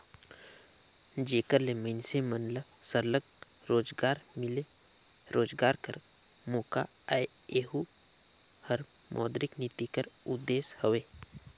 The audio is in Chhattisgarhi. जेकर ले मइनसे मन ल सरलग रोजगार मिले, रोजगार कर मोका आए एहू हर मौद्रिक नीति कर उदेस हवे